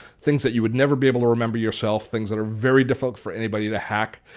things that you would never be able to remember yourself, things that are very difficult for anybody to hack.